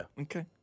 Okay